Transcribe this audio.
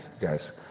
Guys